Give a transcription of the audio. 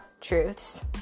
truths